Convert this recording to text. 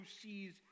sees